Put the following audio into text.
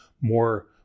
more